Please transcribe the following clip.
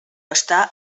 està